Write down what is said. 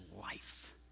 life